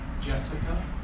Jessica